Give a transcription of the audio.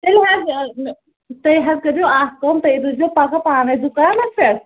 تیٚلہِ حظ تیٚلہِ حظ کٔرۍزیو اَکھ کٲم تُہۍ روٗزیو پگاہ پانَے دُکانَس پٮ۪ٹھ